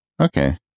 Okay